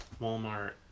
Walmart